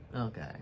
Okay